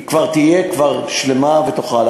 היא תהיה כבר שלמה ותוכל.